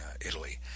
Italy